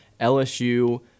LSU